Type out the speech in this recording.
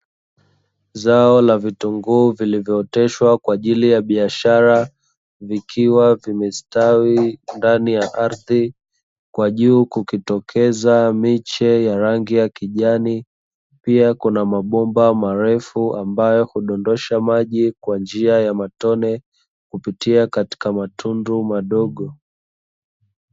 Zao la vitunguu vilivyooteshwa kwa ajili ya biashara, vikiwa vimestawi ndani ya ardhi. Kwa juu kukitokeza miche ya rangi ya kijani. Pia kuna mabomba marefu ambayo hudondosha maji kwa njia ya matone, kupitia katika matundu madogo.